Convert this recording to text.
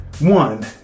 one